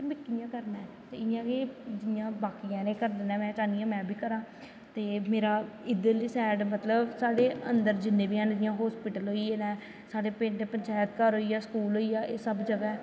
में कियां करनां ऐ जियां बाकी आह्ले करदे नै में बी चाह्नीं आं में बी करां ते मेरे इद्धर आह्ली साईड मतलव साढ़े अन्दर जिन्नें बी हैन नै जियां हस्पिटल होईये नै साढ़े पिंड पंचायत घर होईया स्कूल एह् सब नै